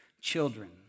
Children